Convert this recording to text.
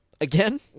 again